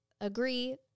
agree